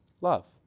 Love